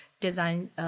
design